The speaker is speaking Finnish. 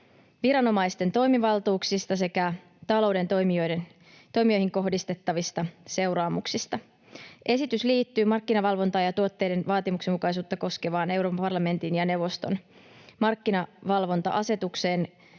toimivaltuuksista sekä talouden toimijoihin kohdistettavista seuraamuksista. Esitys liittyy markkinavalvontaa ja tuotteiden vaatimustenmukaisuutta koskevaan Euroopan parlamentin ja neuvoston markkinavalvonta-asetukseen